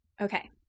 Okay